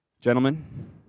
Gentlemen